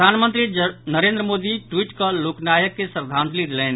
प्रधानमंत्री नरेंद्र मोदी ट्वीट कऽ लोक नायक के श्रद्वांलजि देलनि